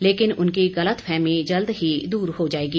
लेकिन उनकी गलतफहमी जल्द ही दूर हो जाएगी